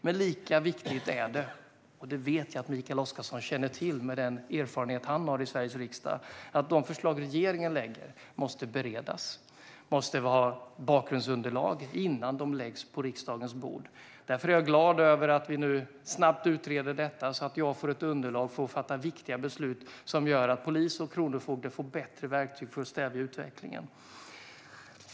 Men lika viktigt är det - och det vet jag att Mikael Oscarsson känner till med den erfarenhet han har i Sveriges riksdag - att de förslag regeringen lägger fram måste beredas och ha bakgrundsunderlag innan de läggs på riksdagens bord. Därför är jag glad över att vi nu utreder detta snabbt, så att jag får ett underlag för att fatta viktiga beslut som gör att polis och kronofogde får bättre verktyg för att stävja utvecklingen.